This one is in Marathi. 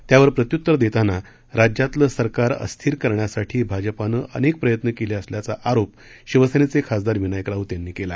त्यावर प्रत्युत्तर देताना राज्यातलं सरकार अस्थिर करण्यासाठी भाजपानं अनेक प्रयत्न केले असल्याचा आरोप शिवसेनेचे खासदार विनायक राऊत यांनी केला